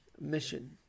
Mission